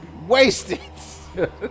wasted